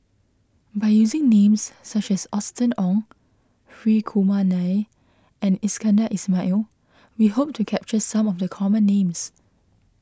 by using names such as Austen Ong Hri Kumar Nair and Iskandar Ismail we hope to capture some of the common names